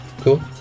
cool